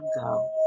go